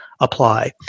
apply